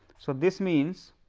so, this means